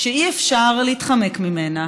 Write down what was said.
שאי-אפשר להתחמק ממנה,